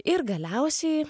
ir galiausiai